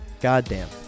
Goddamn